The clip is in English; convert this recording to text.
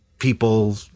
People